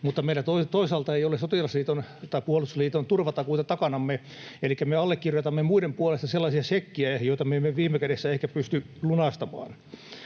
meillä toisaalta ei ole sotilasliiton tai puolustusliiton turvatakuita takanamme. Elikkä me allekirjoitamme muiden puolesta sellaisia šekkejä, joita me emme viime kädessä ehkä pysty lunastamaan.